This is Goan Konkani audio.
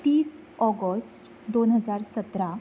तीस ऑगस्ट दोन हजार सतरा